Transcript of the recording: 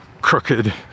crooked